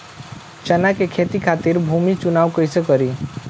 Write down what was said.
चना के खेती खातिर भूमी चुनाव कईसे करी?